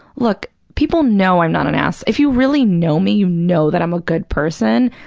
look, people know i'm not an ass. if you really know me, you know that i'm a good person.